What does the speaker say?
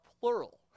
plural